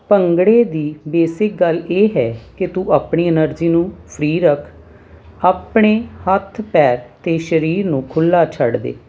ਭੰਗੜੇ ਦੀ ਬੇਸਿਕ ਗੱਲ ਇਹ ਹੈ ਕਿ ਤੂੰ ਆਪਣੀ ਐਨਰਜੀ ਨੂੰ ਫਰੀ ਰੱਖ ਆਪਣੇ ਹੱਥ ਪੈਰ ਅਤੇ ਸਰੀਰ ਨੂੰ ਖੁੱਲ੍ਹਾ ਛੱਡ ਦੇ